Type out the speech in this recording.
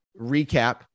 recap